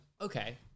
okay